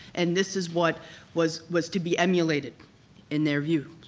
and this is what was was to be emulated in their view.